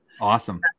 Awesome